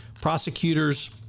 prosecutors